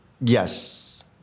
Yes